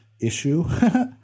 issue